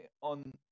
on